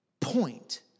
point